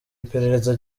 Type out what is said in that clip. iperereza